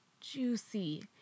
juicy